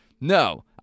No